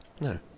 No